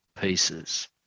pieces